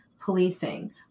policing